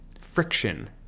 friction